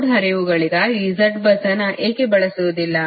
load ಹರಿವುಗಳಿಗಾಗಿ z bus ಅನ್ನು ಏಕೆ ಬಳಸುವುದಿಲ್ಲ